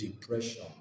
depression